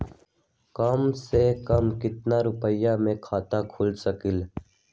कम से कम केतना रुपया में खाता खुल सकेली?